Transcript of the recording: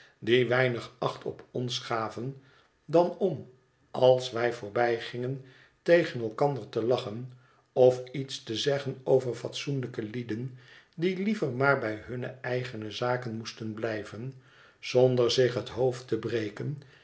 die weinig acht op ons gaven dan om als wij voorbijgingen tegen elkander te lachen of iets te zeggen over fatsoenlijke lieden die liever maar bij hunne eigene zaken moesten blijven zonder zich het hoofd te breken